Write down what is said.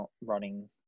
running